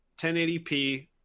1080p